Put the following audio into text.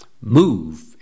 Move